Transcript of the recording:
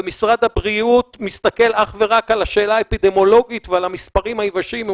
ומשרד הבריאות מסתכל אך ורק על השאלה האפידמיולוגית ועל המספרים היבשים,